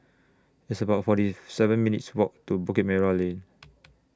It's about forty seven minutes' Walk to Bukit Merah Lane